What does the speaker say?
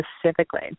specifically